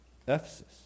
Ephesus